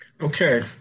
Okay